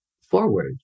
forward